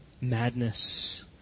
madness